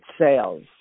sales